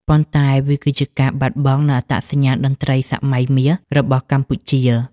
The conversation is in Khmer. ប៉ុន្តែវាគឺជាការបាត់បង់នូវអត្តសញ្ញាណតន្ត្រីសម័យមាសរបស់កម្ពុជា។